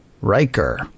Riker